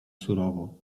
surowo